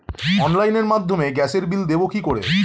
অনলাইনের মাধ্যমে গ্যাসের বিল দেবো কি করে?